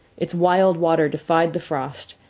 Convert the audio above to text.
its wild water defied the frost,